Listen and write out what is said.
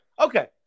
Okay